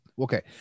Okay